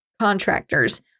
contractors